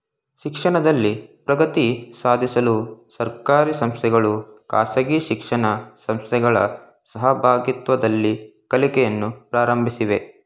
ಶಿಕ್ಷಣದಲ್ಲಿ ಪ್ರಗತಿ ಸಾಧಿಸಲು ಸರ್ಕಾರಿ ಸಂಸ್ಥೆಗಳು ಖಾಸಗಿ ಶಿಕ್ಷಣ ಸಂಸ್ಥೆಗಳ ಸಹಭಾಗಿತ್ವದಲ್ಲಿ ಕಲಿಕೆಯನ್ನು ಪ್ರಾರಂಭಿಸಿವೆ